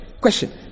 question